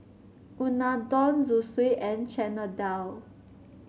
Unadon Zosui and Chana Dal